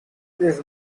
these